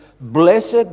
Blessed